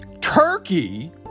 Turkey